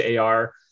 AR